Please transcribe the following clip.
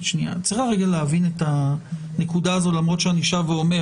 צריך להבין את הנקודה הזאת למרות שאני שב ואומר